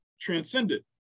transcended